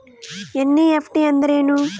NEFT ಅಂದ್ರೆನು?